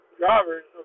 drivers